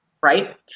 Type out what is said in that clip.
Right